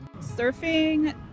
surfing